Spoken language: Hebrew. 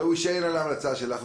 הרי הוא יישען על ההמלצה שלך.